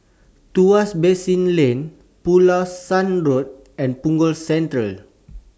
Tuas Basin Lane Pulasan Road and Punggol Central